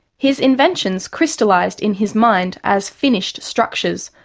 his inventions crystallised in his mind as finished structures,